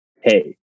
Hey